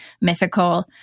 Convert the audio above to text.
mythical